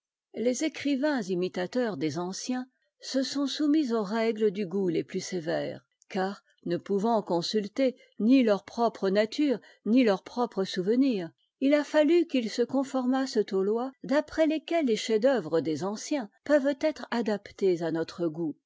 les écrivains imitateurs des anciens se sont soumis aux règles du goût les plus sévères car ne pouvant consulter ni leur propre nature ni leurs propres souvenirs il a fallu qu'ils se conformassent aux lois d'après lesquelles les chefs dceuvre des anciens peuvent être adaptés à notre goût